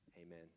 Amen